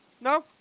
no